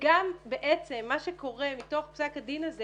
וגם בעצם מה שקורה מתוך פסק הדין הזה